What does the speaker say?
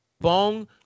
Bong